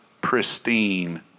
pristine